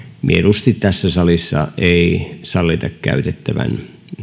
mieluusti tässä salissa ei sallita käytettävän